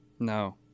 No